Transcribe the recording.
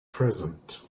present